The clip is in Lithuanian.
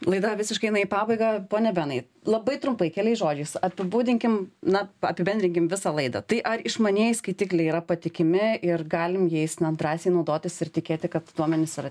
laida visiškai eina į pabaigą pone benai labai trumpai keliais žodžiais apibūdinkim na apibendrinkim visą laidą tai ar išmanieji skaitikliai yra patikimi ir galim jais drąsiai naudotis ir tikėti kad duomenys yra